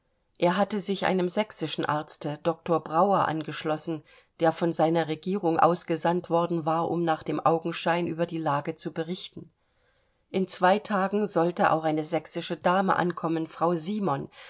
er hatte sich einem sächsischen arzte doktor brauer angeschlossen der von seiner regierung ausgesandt worden war um nach dem augenschein über die lage zu berichten in zwei tagen sollte auch eine sächsische dame ankommen frau simon